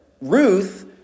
Ruth